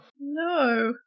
No